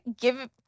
give